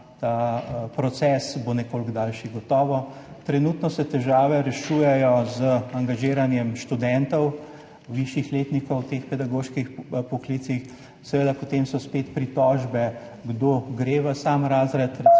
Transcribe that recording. ta proces bo gotovo nekoliko daljši. Trenutno se težave rešujejo z angažiranjem študentov višjih letnikov v teh pedagoških poklicih. Seveda so potem spet pritožbe, kdo gre v sam razred. Recimo